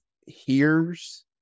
hears